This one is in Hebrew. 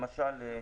למשל,